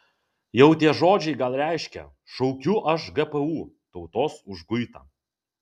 jau tie žodžiai gal reiškia šaukiu aš gpu tautos užguitą